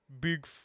Big